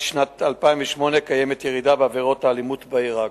שנת 2008 יש ירידה בעבירות האלימות בעיר עכו,